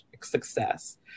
success